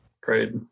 Great